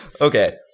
Okay